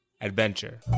adventure